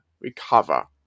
recover